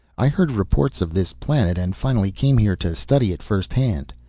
i heard reports of this planet, and finally came here to study it firsthand.